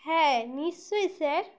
হ্যাঁ নিশ্চই স্যার